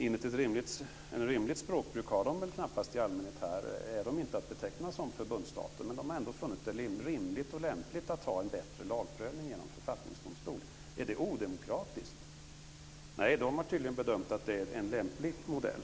Enligt ett rimligt språkbruk är de knappast att beteckna som förbundsstater, men de har ändå funnit det rimligt och lämpligt att ha en bättre lagprövning genom författningsdomstol. Är det odemokratiskt? De har tydligen bedömt att det är en lämplig modell.